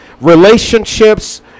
relationships